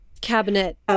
Cabinet